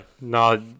No